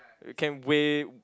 you can weigh